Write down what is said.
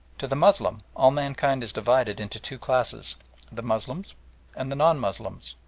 to the moslem all mankind is divided into two classes the moslems and the non-moslems.